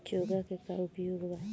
चोंगा के का उपयोग बा?